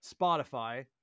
Spotify